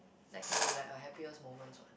that can be like a happiest moments what